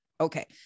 Okay